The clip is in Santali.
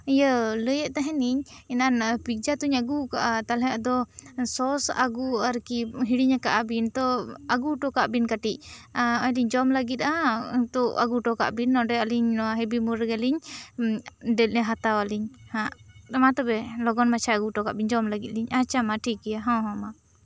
ᱤᱭᱟᱹ ᱞᱟᱹᱭ ᱮᱫ ᱛᱟᱦᱮᱱᱤᱧ ᱮᱱᱟᱝ ᱱᱚᱜ ᱫᱚ ᱯᱤᱡᱽᱡᱟ ᱫᱚᱧ ᱟᱹᱜᱩᱣᱟᱠᱟᱫ ᱟ ᱛᱟᱦᱞᱮ ᱟᱫᱚ ᱥᱚᱥ ᱟᱹᱜᱩ ᱟᱨ ᱠᱤ ᱦᱤᱲᱤᱧ ᱟᱠᱟᱫ ᱟᱹᱵᱤᱱ ᱛᱚ ᱟᱹᱜᱩ ᱦᱚᱴᱚᱠᱟᱜ ᱵᱤᱱ ᱠᱟᱹᱴᱤᱡ ᱟ ᱟᱫᱚᱧ ᱡᱚᱢ ᱞᱟᱹᱜᱤᱫᱼᱟ ᱛᱚ ᱟᱹᱜᱩ ᱦᱚᱴᱚᱠᱟᱜ ᱵᱤᱱ ᱱᱚᱰᱮ ᱟᱞᱤᱝ ᱱᱚᱣᱟ ᱦᱮᱵᱤᱨᱢᱳᱲ ᱨᱮᱜᱮᱞᱤᱧ ᱫᱮᱞᱤ ᱦᱟᱛᱟᱣ ᱟᱹᱞᱤᱧ ᱦᱟᱸᱜ ᱢᱟ ᱛᱚᱵᱮ ᱞᱚᱜᱚᱱ ᱢᱟᱪᱷᱟ ᱟᱹᱜᱩ ᱚᱴᱚ ᱠᱟᱜ ᱵᱤᱱ ᱡᱚᱢ ᱞᱟᱹᱜᱤᱫ ᱞᱤᱧ ᱟᱪᱷᱟ ᱢᱟ ᱴᱷᱤᱠ ᱜᱤᱭᱟᱹ ᱦᱚᱸ ᱦᱚᱸ ᱢᱟ